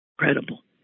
Incredible